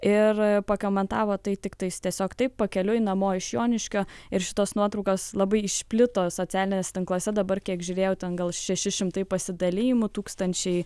ir pakomentavo tai tiktais tiesiog taip pakeliui namo iš joniškio ir šitos nuotraukos labai išplito socialiniuose tinkluose dabar kiek žiūrėjau ten gal šeši šimtai pasidalijimų tūkstančiai